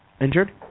injured